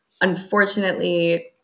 unfortunately